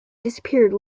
disappeared